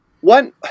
One